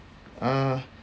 uh